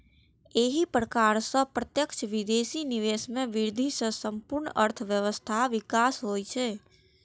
एहि प्रकार सं प्रत्यक्ष विदेशी निवेश मे वृद्धि सं संपूर्ण अर्थव्यवस्थाक विकास होइ छै